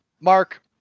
Mark